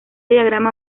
diagrama